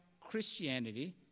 Christianity